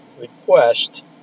request